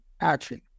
action